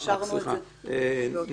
קישרנו את זה -- נתנאל,